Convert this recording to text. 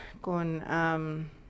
con